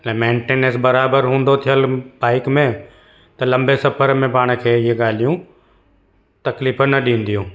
ऐं मैंटेनेंस बराबरि हूंदो थियलु बाइक में त लंबे सफ़र में पाण खे इहे ॻाल्हियूं तकलीफ़ न ॾींदियूं